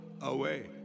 away